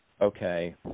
okay